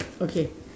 okay